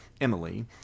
emily